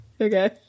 Okay